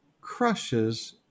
crushes